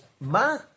ma